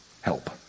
help